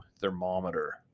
thermometer